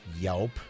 Yelp